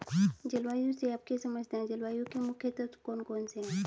जलवायु से आप क्या समझते हैं जलवायु के मुख्य तत्व कौन कौन से हैं?